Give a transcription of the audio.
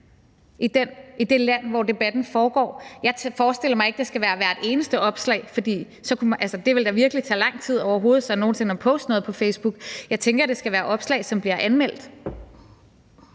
i det land, hvor debatten foregår. Jeg forestiller mig ikke, at det skal være hvert eneste opslag, for det ville da virkelig tage lang tid så overhovedet nogen sinde at poste noget på Facebook. Jeg tænker, det skal være opslag, som bliver anmeldt.